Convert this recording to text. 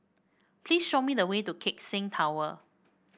please show me the way to Keck Seng Tower